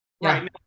right